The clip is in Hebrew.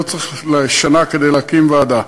לא צריך שנה כדי להקים ועדה.